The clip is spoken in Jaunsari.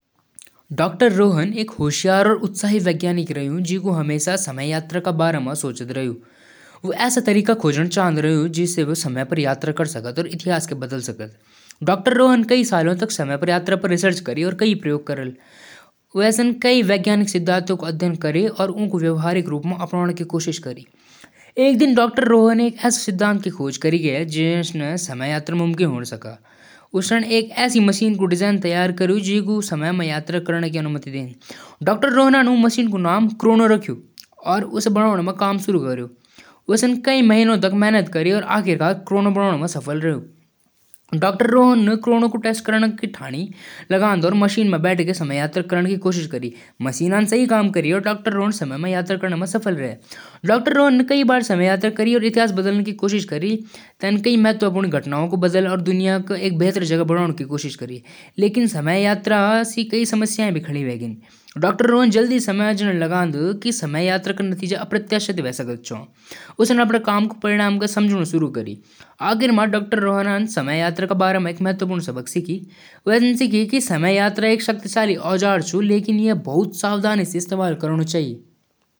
म यात्रियों क धैर्य बनाए रखण क अपील करदु। उन्हें बतादु कि हम सुरक्षित तरीके स उड़ाण भरण क लिए तैयार हौं। पायलट और टीम हर परिस्थिति संभाळण म सक्षम छै। यात्रियों क भरोसा बनाए रखदु।